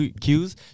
cues